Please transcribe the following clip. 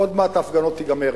עוד מעט ההפגנות תיגמרנה.